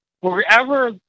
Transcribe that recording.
wherever